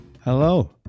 Hello